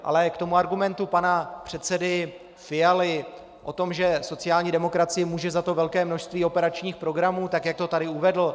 Ale k tomu argumentu pana předsedy Fialy o tom, že sociální demokracie může za to velké množství operačních programů, tak jak to tady uvedl.